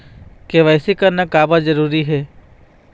KYC करना का बर जरूरी हे?